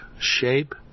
shape